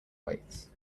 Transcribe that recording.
weights